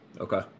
Okay